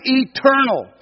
eternal